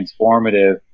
transformative